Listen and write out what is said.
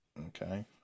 Okay